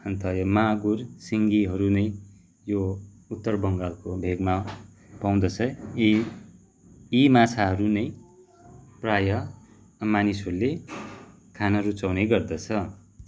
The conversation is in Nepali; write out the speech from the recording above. अन्त अरू माँगुर सिङ्गीहरू नै यो उत्तर बङ्गालको भेकमा पाउँदछ यी यी माछाहरू नै प्रायः मनिसहरूले खान रुचाउने गर्दछ